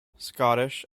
scottish